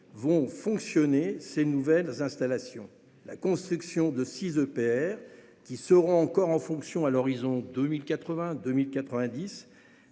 seront soumises ces nouvelles installations. La construction des six EPR qui seront encore en fonctions à l'horizon 2081-2090